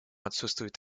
отсутствует